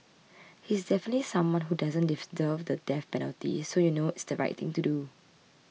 he is definitely someone who doesn't deserve the death penalty so you know it's the right thing to do